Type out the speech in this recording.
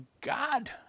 God